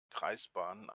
kreisbahnen